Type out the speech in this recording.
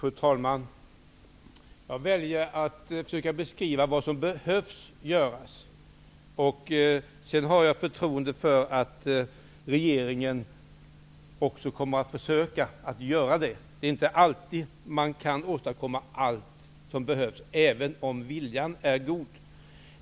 Fru talman! Jag väljer att försöka beskriva vad som behöver göras. Jag har förtroende för att regeringen också kommer att försöka göra det. Det är inte alltid man kan åstadkomma allt som behövs även om viljan är god.